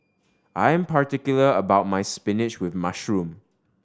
I'm particular about my spinach with mushroom